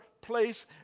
place